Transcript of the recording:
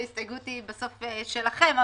ההסתייגות היא בסוף שלכם,